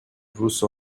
those